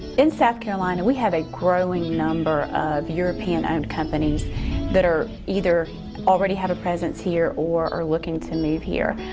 in south carolina we have a growing number of european owned companies that are either already have a presence here or are looking to move here.